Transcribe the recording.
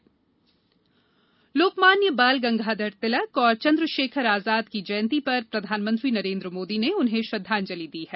तिलक आजाद जयंती लोकमान्य बाल गंगाधर तिलक और चंद्रशेखर आजाद की जयंती पर प्रधानमंत्री नरेन्द्र मोदी ने उन्हें श्रद्वांजलि दी है